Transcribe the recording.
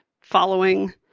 following